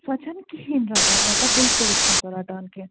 سۄ چھَنہٕ کِہیٖنۍ رَٹان مطلب بالکُلے چھَنہٕ سۄ رٹان کیٚنٛہہ